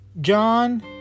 John